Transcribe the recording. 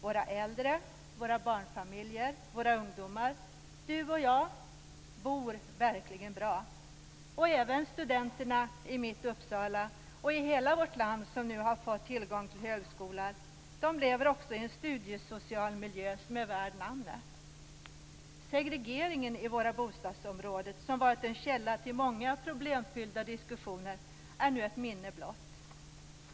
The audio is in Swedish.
Våra äldre, våra barnfamiljer, våra ungdomar, du och jag bor verkligen bra. Även studenterna i mitt Uppsala och i hela vårt land som nu har fått tillgång till högskolor lever också i en studiesocial miljö som är värt namnet. Segregeringen i våra bostadsområden som varit en källa till många problemfyllda diskussioner är nu ett minne blott.